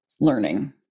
learning